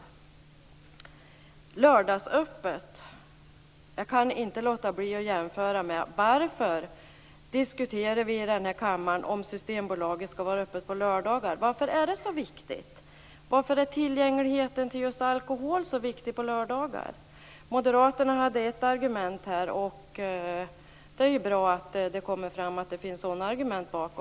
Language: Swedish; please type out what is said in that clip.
Sedan är det frågan om lördagsöppet. Jag kan inte låta bli att jämföra med varför vi i kammaren diskuterar om Systembolaget skall vara öppet på lördagar. Varför är det så viktigt? Varför är tillgängligheten till just alkohol så viktig på lördagar? Moderaterna hade ett argument. Det är bra att det kommer fram att det finns sådana argument.